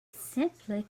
simply